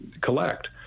collect